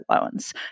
loans